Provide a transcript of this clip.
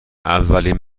اولین